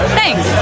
thanks